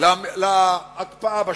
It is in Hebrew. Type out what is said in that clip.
להקפאה בשטחים.